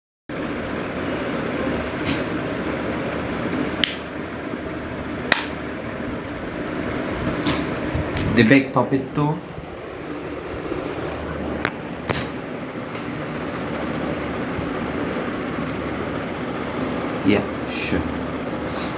debate topic two yeah sure